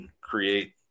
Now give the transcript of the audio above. create